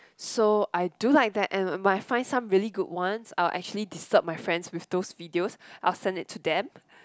so I do like that and when I find some really good ones I'll actually disturb my friends with those videos I will send it to them